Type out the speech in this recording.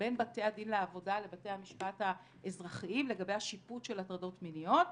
בין בתי הדין לעבודה לבית המשפט האזרחיים לגבי השיפוט של הטרדות מיניות.